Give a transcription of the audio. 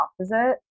opposite